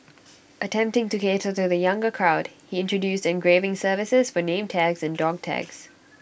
attempting to cater to the younger crowd he introduced engraving services for name tags and dog tags